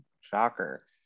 Shocker